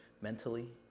mentally